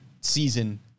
season